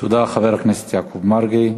תודה, חבר הכנסת יעקב מרגי.